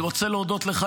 אני רוצה להודות לך,